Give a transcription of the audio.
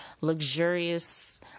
luxurious